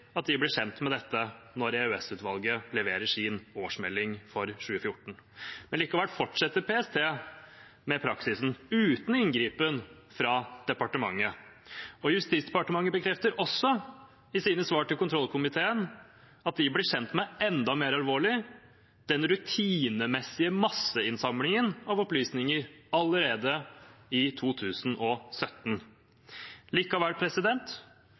at de ble kjent med dette da EOS-utvalget leverte sin årsmelding for 2014, men likevel fortsatte PST med praksisen, uten inngripen fra departementet. Justisdepartementet bekrefter også i sine svar til kontrollkomiteen at de ble kjent med – enda mer alvorlig – den rutinemessige masseinnsamlingen av opplysninger allerede i 2017. Likevel